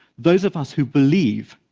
those of us who believe,